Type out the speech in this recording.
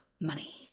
money